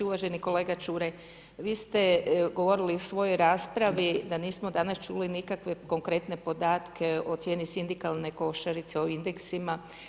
Uvaženi kolega Čuraj, vi ste govorili u svojoj raspravi da nismo danas čuli nikakve konkretne podatke o cijeni sindikalne košarice, o indeksima.